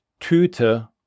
Tüte